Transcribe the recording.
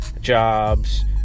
jobs